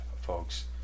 folks